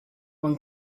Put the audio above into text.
when